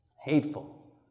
hateful